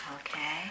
Okay